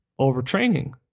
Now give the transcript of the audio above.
overtraining